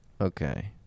Okay